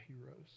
heroes